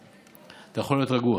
אתה יכול להיות רגוע.